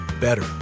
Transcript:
better